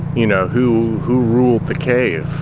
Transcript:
you know, who who ruled the cave?